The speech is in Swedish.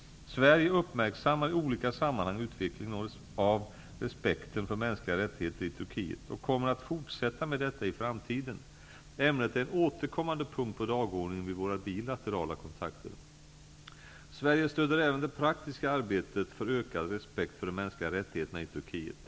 Sverige uppmärksammar i olika sammanhang utvecklingen av respekten för mänskliga rättigheter i Turkiet och kommer att fortsätta med detta i framtiden. Ämnet är en återkommande punkt på dagordningen vid våra bilaterala kontakter. Sverige stöder även det praktiska arbetet för ökad respekt för de mänskliga rättigheterna i Turkiet.